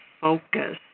focus